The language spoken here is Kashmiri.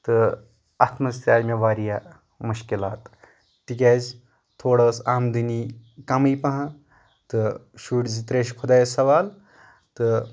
تہٕ اتھ منٛز تہِ آیہِ مےٚ واریاہ مُشکلات تِکیٛازِ تھوڑا ٲسۍ آمدٔنی کمٕے پہن تہٕ شُرۍ زٕ ترٛےٚ چھِ خۄدایس حوال تہٕ